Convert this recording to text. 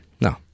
No